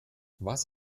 was